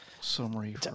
summary